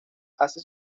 hace